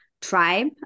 tribe